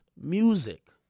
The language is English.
music